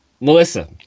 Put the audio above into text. melissa